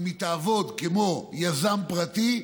אם היא תעבוד כמו יזם פרטי,